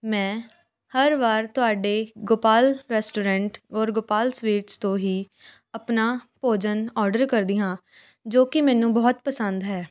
ਮੈਂ ਹਰ ਵਾਰ ਤੁਹਾਡੇ ਗੋਪਾਲ ਰੈਸਟੋਰੈਂਟ ਔਰ ਗੋਪਾਲ ਸਵੀਟਸ ਤੋਂ ਹੀ ਅਪਣਾ ਭੋਜਨ ਔਡਰ ਕਰਦੀ ਹਾਂ ਜੋ ਕਿ ਮੈਨੂੰ ਬਹੁਤ ਪਸੰਦ ਹੈ